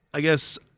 i guess